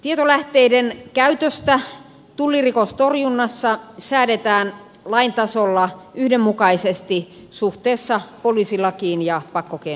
tietolähteiden käytöstä tullirikostorjunnassa säädetään lain tasolla yhdenmukaisesti suhteessa poliisilakiin ja pakkokeinolakiin